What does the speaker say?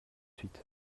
suite